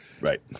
Right